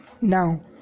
Now